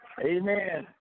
amen